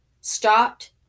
stopped